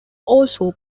also